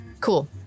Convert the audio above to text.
cool